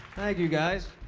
you, guys.